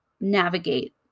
navigate